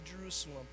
Jerusalem